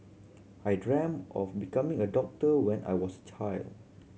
I dreamt of becoming a doctor when I was a child